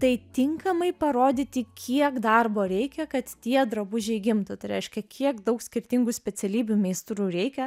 tai tinkamai parodyti kiek darbo reikia kad tie drabužiai gimtų tai reiškia kiek daug skirtingų specialybių meistrų reikia